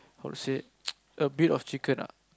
how to say a bit of chicken ah